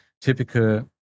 typical